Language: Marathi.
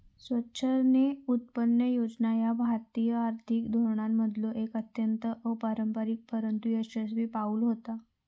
स्वेच्छेने उत्पन्न योजना ह्या भारतीय आर्थिक धोरणांमधलो एक अत्यंत अपारंपरिक परंतु यशस्वी पाऊल होता